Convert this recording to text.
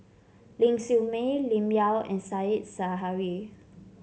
Ling Siew May Lim Yau and Said Zahari